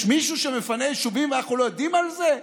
יש מישהו שמפנה יישובים ואנחנו לא יודעים על זה?